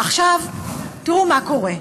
עכשיו תראו מה קורה: